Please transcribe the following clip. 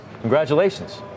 Congratulations